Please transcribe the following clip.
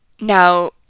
now